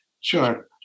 Sure